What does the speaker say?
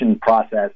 process